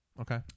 Okay